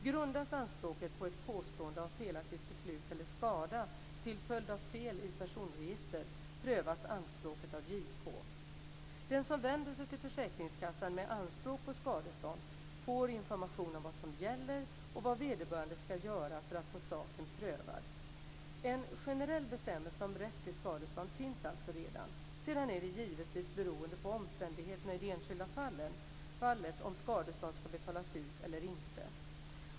Grundas anspråket på ett påstående om felaktigt beslut eller skada till följd av fel i personregister prövas anspråket av JK. Den som vänder sig till försäkringskassan med anspråk på skadestånd får information om vad som gäller och vad vederbörande ska göra för att få saken prövad. En generell bestämmelse om rätt till skadestånd finns alltså redan. Sedan är det givetvis beroende på omständigheterna i det enskilda fallet om skadestånd ska betalas ut eller inte.